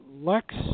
Lex